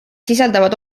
sisaldavad